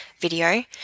video